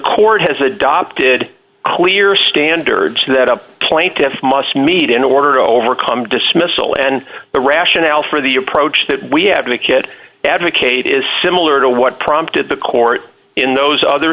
court has adopted clear standards that up plaintiffs must meet in order to overcome dismissal and the rationale for the approach that we have to make it advocate is similar to what prompted the court in those other